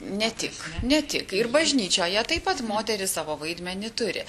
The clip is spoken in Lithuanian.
ne tik ne tik ir bažnyčioje taip pat moteris savo vaidmenį turi